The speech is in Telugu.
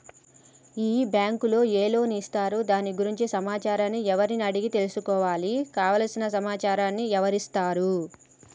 ఈ బ్యాంకులో ఏ లోన్స్ ఇస్తారు దాని గురించి సమాచారాన్ని ఎవరిని అడిగి తెలుసుకోవాలి? కావలసిన సమాచారాన్ని ఎవరిస్తారు?